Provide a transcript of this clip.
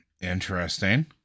interesting